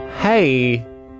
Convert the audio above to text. Hey